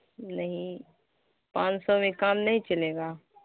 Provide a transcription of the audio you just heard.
نہیں پانچ سو میں کام نہیں چلے گا